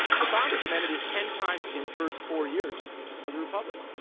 the founders amended it ten times in the first four years of the republic.